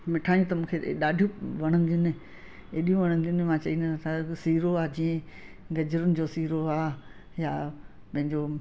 मिठाइयूं त मूंखे अ ॾाढियूं वणंदियूं आहिनि अहिड़ियूं वणंदियूं आहिनि मां चई न सीरो आहे जीअं गजरुनि जो सीरो आहे या पंहिंजो